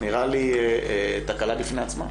נראית לי תקלה בפני עצמה.